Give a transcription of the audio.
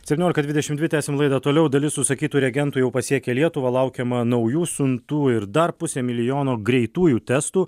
septyniolika dvidešimt dvi tęsiam laidą toliau dalis užsakytų reagentų jau pasiekė lietuvą laukiama naujų siuntų ir dar pusė milijono greitųjų testų